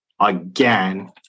again